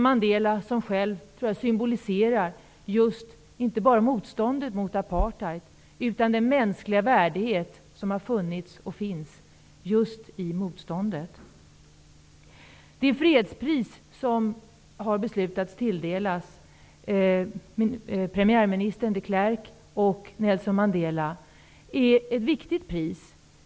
Jag tror att Nelson Mandela själv inte bara symboliserar motståndet mot apartheid utan även den mänskliga värdighet som har funnits, och finns, i just motståndet. Det fredspris som man har beslutat tilldela president de Klerk och Nelson Mandela är ett viktigt pris.